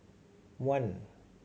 one